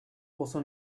also